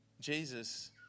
Jesus